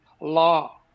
law